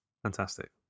fantastic